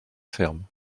ferme